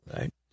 Right